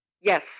Yes